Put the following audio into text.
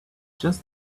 just